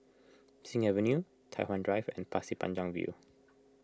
Sing Avenue Tai Hwan Drive and Pasir Panjang View